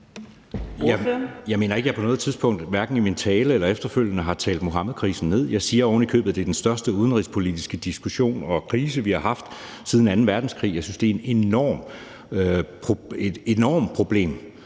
Jeg mener ikke, at jeg på noget tidspunkt, hverken i min tale eller efterfølgende, har talt Muhammedkrisen ned. Jeg siger ovenikøbet, at det er den største udenrigspolitiske diskussion og krise, vi har haft siden anden verdenskrig. Jeg synes, det er et enormt problem,